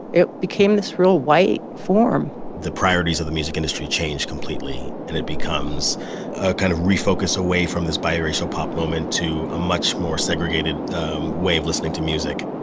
it became this real white form the priorities of the music industry changed completely and it becomes kind of refocus away from this bi-racial pop moment to a much more segregated um wave listening to music